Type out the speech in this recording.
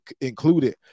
included